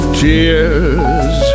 tears